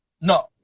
No